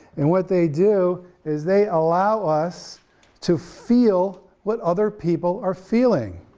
and what they do is they allow us to feel what other people are feeling,